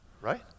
right